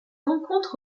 rencontre